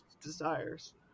desires